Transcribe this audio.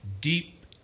Deep